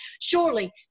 Surely